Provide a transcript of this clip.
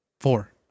Four